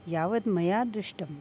यावद्मया दृष्टम्